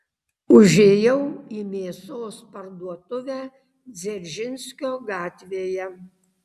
užėjau į mėsos parduotuvę dzeržinskio gatvėje